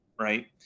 right